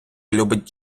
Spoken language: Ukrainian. любить